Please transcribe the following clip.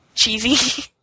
Cheesy